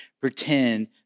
pretend